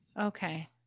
Okay